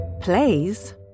plays